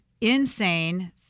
insane